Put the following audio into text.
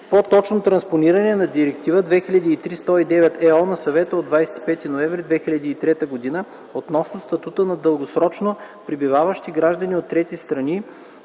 по-точно транспониране на Директива 2003/109/ЕО на Съвета от 25 ноември 2003 г. относно статута на дългосрочно пребиваващи граждани от трети страни,